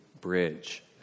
Bridge